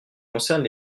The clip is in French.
concerne